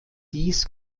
dies